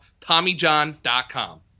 TommyJohn.com